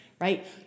right